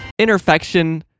Interfection